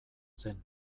zen